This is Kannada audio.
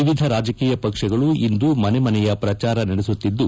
ವಿವಿಧ ರಾಜಕೀಯ ಪಕ್ಷಗಳು ಇಂದು ಮನೆ ಮನೆಯ ಪ್ರಚಾರ ನಡೆಸುತ್ತಿದ್ದು